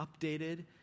updated